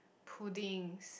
puddings